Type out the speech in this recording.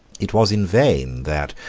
it was in vain that,